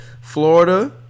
Florida